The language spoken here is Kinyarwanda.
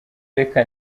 reka